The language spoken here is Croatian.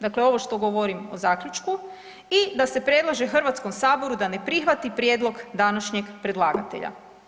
Dakle, ovo što govorimo zaključku i da se predlaže Hrvatskome saboru da ne prihvati prijedlog današnjeg predlagatelja.